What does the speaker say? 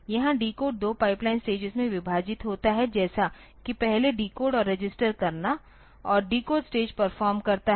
यहां डिकोड दो pipeline stage में विभाजित होता है जैसा कि पहले डिकोड और रजिस्टर करना और डिकोड स्टेज परफॉर्म करता है